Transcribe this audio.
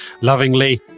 lovingly